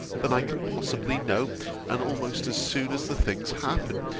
than i can possibly know, and almost as soon as the things happen,